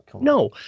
No